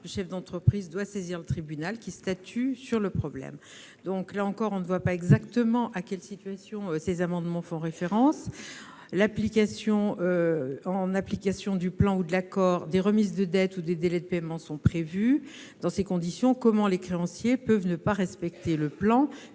le chef d'entreprise doit saisir le tribunal, qui statue sur le problème. Là encore, on ne voit pas exactement à quelle situation ces amendements font référence. En application du plan ou de l'accord, des remises de dettes ou des délais de paiement sont prévus. Dans ces conditions, comment les créanciers peuvent-ils ne pas respecter le plan,